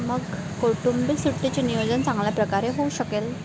मग कौटुंबिक सुट्टीचे नियोजन चांगल्या प्रकारे होऊ शकेल